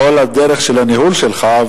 כל הדרך של הניהול שלך.